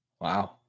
Wow